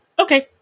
okay